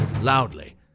loudly